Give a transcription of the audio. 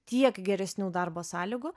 tiek geresnių darbo sąlygų